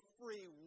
free